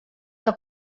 que